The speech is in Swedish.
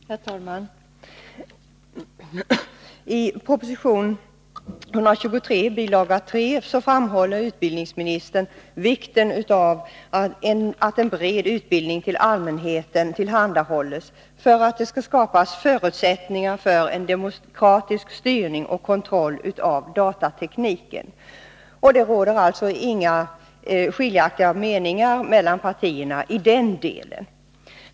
Herr talman! I proposition 123 bil. 3 framhåller utbildningsministern vikten av att en bred utbildning tillhandahålls allmänheten för att det skall skapas förutsättningar för en demokratisk styrning och kontroll av datatekniken. Det råder inga skiljaktiga meningar mellan partierna i den delen.